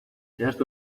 zehaztu